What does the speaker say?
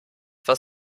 was